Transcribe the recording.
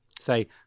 say